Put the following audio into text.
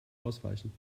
ausweichen